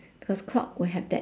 because clock will have that